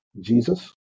Jesus